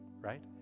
Right